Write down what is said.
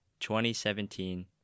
2017